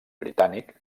britànic